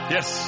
Yes